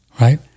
right